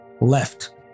left